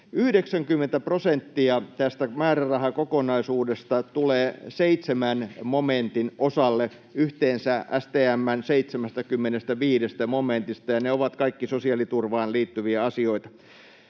90 prosenttia tästä määrärahakokonaisuudesta, STM:n yhteensä 75 momentista, tulee seitsemän momentin osalle, ja ne ovat kaikki sosiaaliturvaan liittyviä asioita.